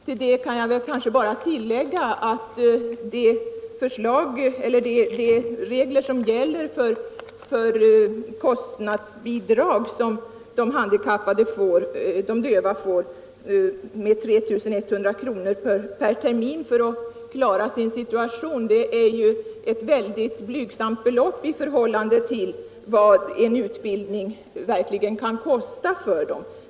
Till detta vill jag nu bara lägga att det bidrag på 3 100 kr. som de döva får per termin för att klara sin situation är ett mycket blygsamt belopp i förhållande till vad en utbildning verkligen kan kosta för dem.